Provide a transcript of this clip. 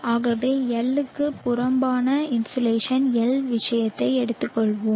ஆகவே L க்கு புறம்பான இன்சோலேஷன் L விஷயத்தை எடுத்துக்கொள்வோம்